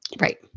Right